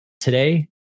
Today